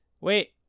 wait